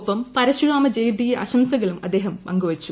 ഒപ്പം പരശുരാമ ജയന്തി ആശംസകളും അദ്ദേഹം പങ്കുവച്ചു